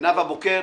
נאוה בוקר